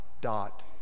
dot